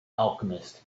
alchemist